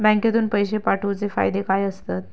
बँकेतून पैशे पाठवूचे फायदे काय असतत?